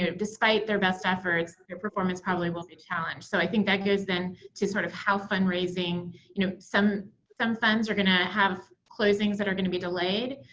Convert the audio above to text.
despite their best efforts, their performance probably will be challenged. so i think that goes then to sort of how fund raising you know some some funds are going to have closings that are going to be delayed,